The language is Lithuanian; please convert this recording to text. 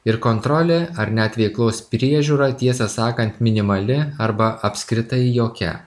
ir kontrolė ar net veiklos priežiūra tiesą sakant minimali arba apskritai jokia